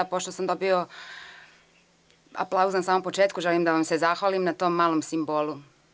Pošto sam dobio aplauz na samom početku, želim da vam se zahvalim na tom malom simbolu.